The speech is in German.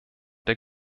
der